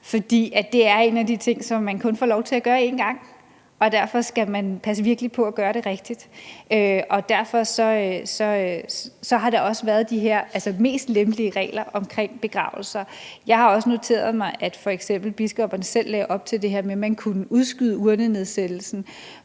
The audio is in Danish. fordi det er en af de ting, som man kun får lov til at gøre én gang for den afdøde. Derfor skal man passe virkelig på at gøre det rigtigt, og derfor har der også været de mest lempelige regler omkring begravelser. Jeg har også noteret mig, at f.eks. biskopperne selv lagde op til det her med, at man kunne udskyde urnenedsættelsen